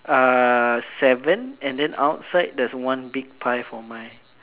err seven and then outside there's one big pie for mine